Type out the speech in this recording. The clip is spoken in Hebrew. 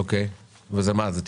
אוקיי, וזה מה זה?